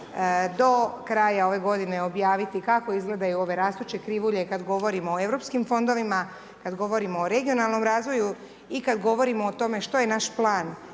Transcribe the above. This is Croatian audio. do kraja ove godine objaviti kako izgledaju ove rastuće krivulje, kad govorimo o Europskim fondovima, kad govorimo o regionalnom razvoju i kad govorimo o tome što je naš plan